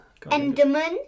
Enderman